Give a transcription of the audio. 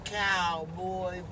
cowboy